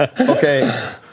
Okay